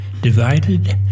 divided